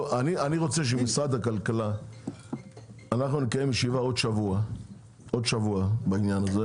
אנחנו נקיים ישיבה בעוד שבוע בעניין הזה.